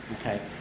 Okay